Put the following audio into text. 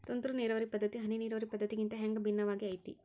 ತುಂತುರು ನೇರಾವರಿ ಪದ್ಧತಿ, ಹನಿ ನೇರಾವರಿ ಪದ್ಧತಿಗಿಂತ ಹ್ಯಾಂಗ ಭಿನ್ನವಾಗಿ ಐತ್ರಿ?